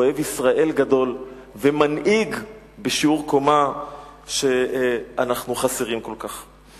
אוהב ישראל גדול ומנהיג בשיעור קומה שאנחנו חסרים כל כך.